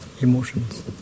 emotions